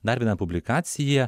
dar viena publikacija